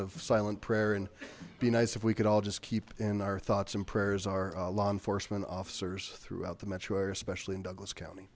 of silent prayer and be nice if we could all just keep in our thoughts and prayers our law enforcement officers throughout the metro area especially in douglas county